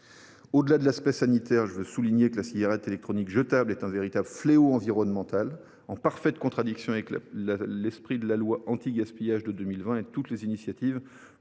Au delà de l’aspect sanitaire, je tiens à souligner que la cigarette électronique jetable est un véritable fléau environnemental, en parfaite contradiction avec l’esprit de la loi du 10 février 2020 relative